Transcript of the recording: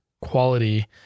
quality